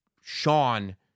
Sean